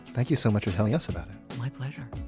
thank you so much for telling us about it my pleasure.